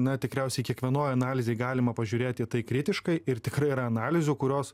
na tikriausiai kiekvienoj analizėj galima pažiūrėti tai kritiškai ir tikrai yra analizių kurios